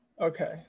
okay